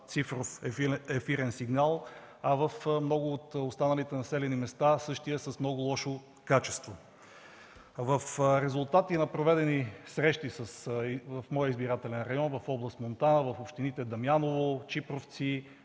цифров ефирен сигнал, а в много от останалите населени места същият е с много лошо качество. На проведени срещи в моя избирателен район, в област Монтана – в общините Дамяново, Чипровци,